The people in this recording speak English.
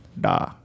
da